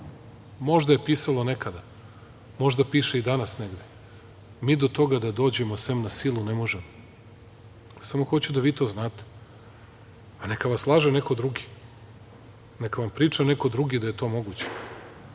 Možda je pisalo nekada, možda piše i danas negde. Mi do toga da dođemo, sem na silu, ne možemo. Samo hoću da vi to znate, a neka vas laže neko drugi. Neka vam priča neko drugi da je to